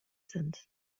sind